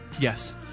Yes